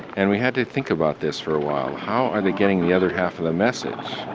and we had to think about this for a while. how are they getting the other half of the message?